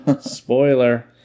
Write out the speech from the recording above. Spoiler